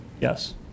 Yes